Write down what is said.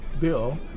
Bill